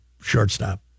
shortstop